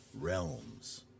realms